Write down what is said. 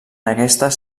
aquestes